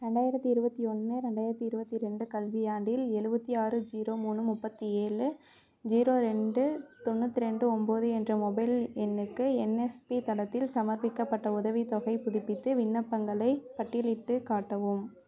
ரெண்டாயிரத்தி இருபத்தி ஒன்று ரெண்டாயிரத்தி இருபத்தி ரெண்டு கல்வியாண்டில் எழுவத்தி ஆறு ஜீரோ மூணு முப்பத்தி ஏழு ஜீரோ ரெண்டு தொண்ணூற்றி ரெண்டு ஒம்போது என்ற மொபைல் எண்ணுக்கு என்எஸ்பி தளத்தில் சமர்ப்பிக்கப்பட்ட உதவித்தொகைப் புதுப்பித்து விண்ணப்பங்களைப் பட்டியலிட்டுக் காட்டவும்